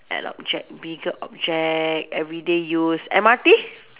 an object bigger object everyday use M_R_T